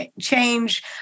change